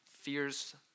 fears